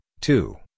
two